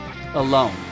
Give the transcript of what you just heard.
alone